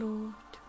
Lord